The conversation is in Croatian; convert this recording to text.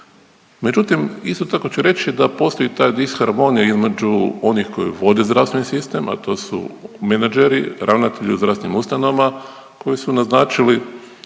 Međutim, isto tako ću reći da postoji ta disharmonija između onih koji vode zdravstveni sistem, a to su menadžeri, ravnatelji u zdravstvenim ustanovama koji su naznačili